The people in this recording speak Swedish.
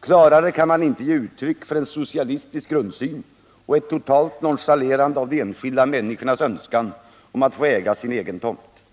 Klarare kan man inte ge uttryck för en socialistisk grundsyn och ett totalt nonchalerande av de enskilda människornas önskan att få äga sin tomt.